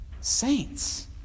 saints